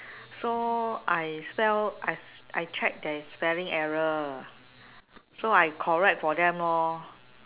so I spell I I check there's spelling error so I correct for them lor